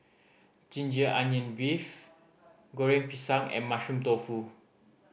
ginger onion beef Goreng Pisang and Mushroom Tofu